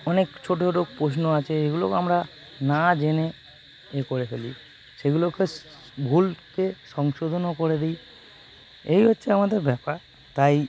অনেক ছোট ছোট প্রশ্ন আছে এগুলো আমরা না জেনে এ করে ফেলি সেগুলোকে ভুলকে সংশোধনও করে দিই এই হচ্ছে আমাদের ব্যাপার তাই